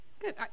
good